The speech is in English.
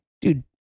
dude